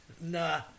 Nah